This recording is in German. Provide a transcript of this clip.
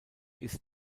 ist